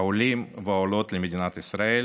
העולים והעולות למדינת ישראל